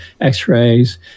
x-rays